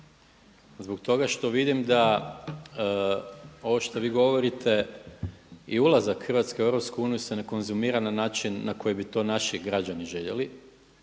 zbog toga što vidim da ovo što vi govorite i ulazak Hrvatske u EU se ne konzumira na način na koji bi to naši građani željeli